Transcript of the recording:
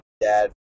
Dad